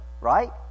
Right